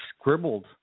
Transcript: scribbled